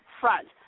front